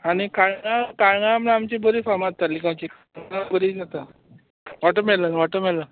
आनी काळगां काळगां बी आमचीं बरी फामाद तालीगांवची काळगां बरी जाता वॉटरमेलन वॉटरमेलन